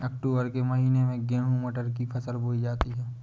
अक्टूबर के महीना में गेहूँ मटर की फसल बोई जाती है